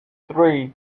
three